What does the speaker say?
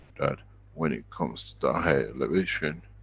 that when it comes to the higher elevation,